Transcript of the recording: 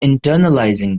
internalizing